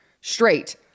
straight